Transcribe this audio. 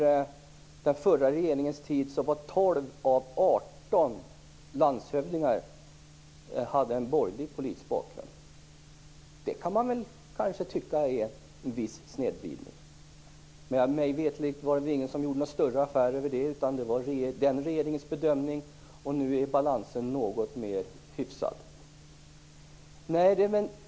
Under förra regeringens tid hade 12 av 18 landshövdingar borgerlig politisk bakgrund. Det kan man kanske tycka är en viss snedvridning. Men mig veterligen var det ingen som gjorde någon större affär av det; det var ju den regeringens bedömning. Nu är balansen något mera hyfsad.